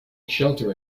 shelter